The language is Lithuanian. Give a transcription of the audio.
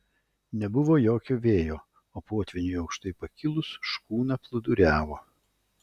nebuvo jokio vėjo o potvyniui aukštai pakilus škuna plūduriavo